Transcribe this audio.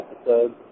episode